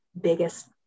biggest